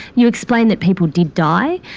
you explain that people did die.